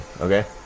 Okay